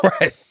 Right